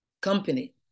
company